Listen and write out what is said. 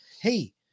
hey